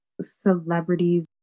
celebrities